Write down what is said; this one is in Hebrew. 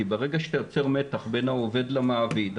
כי ברגע שאתה יוצר מתח בין העובד למעביד,